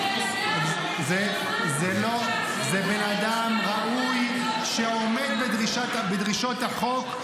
זה בן אדם --- זה בן אדם ראוי שעומד בדרישות החוק.